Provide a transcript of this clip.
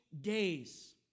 days